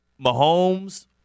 Mahomes